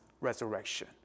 resurrection